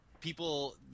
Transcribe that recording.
people